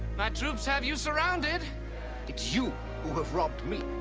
my troops have you surrounded. it's you who have robbed me.